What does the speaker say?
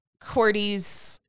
Cordy's